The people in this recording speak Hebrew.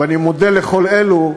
ואני מודה לכל אלו,